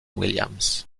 williams